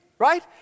Right